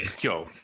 yo